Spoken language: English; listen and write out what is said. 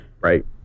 Right